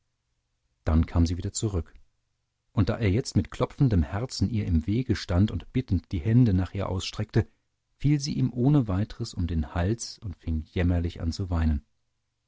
dann kam sie wieder zurück und da er jetzt mit klopfendem herzen ihr im wege stand und bittend die hände nach ihr ausstreckte fiel sie ihm ohne weiteres um den hals und fing jämmerlich an zu weinen